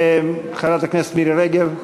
חברת הכנסת מירי רגב,